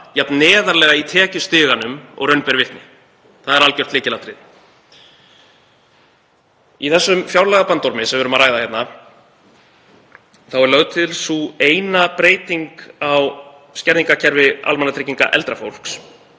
jafn neðarlega í tekjustiganum og raun ber vitni. Það er algjört lykilatriði. Í þessum fjárlagabandormi sem við erum að ræða er lögð til sú eina breyting á skerðingarkerfi almannatrygginga eldra fólks